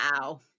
Wow